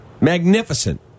Magnificent